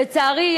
לצערי,